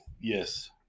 Yes